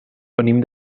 venim